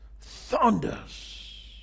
thunders